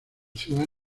ciudad